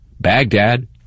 Baghdad